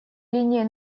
линией